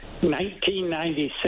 1996